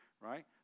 Right